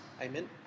Amen